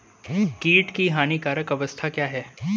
कीट की हानिकारक अवस्था क्या है?